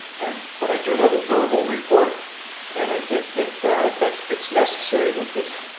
and but i do have a verbal report and i think that that it's necessary that this